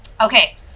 Okay